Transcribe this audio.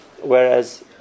Whereas